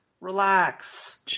relax